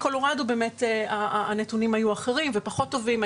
מקולורדו הנתונים באמת היו אחרים ופחות טובים,